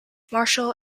marshall